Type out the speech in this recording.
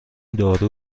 دارو